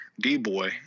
D-boy